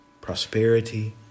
prosperity